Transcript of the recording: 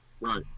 right